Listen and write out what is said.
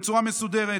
בצורה מסודרת.